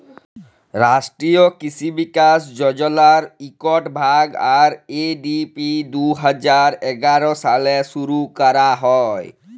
রাষ্ট্রীয় কিসি বিকাশ যজলার ইকট ভাগ, আর.এ.ডি.পি দু হাজার এগার সালে শুরু ক্যরা হ্যয়